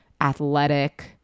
athletic